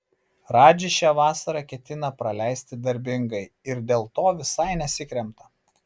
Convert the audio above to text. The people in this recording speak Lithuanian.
radži šią vasarą ketina praleisti darbingai ir dėl to visai nesikremta